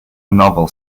novel